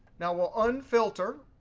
now, we'll unfilter,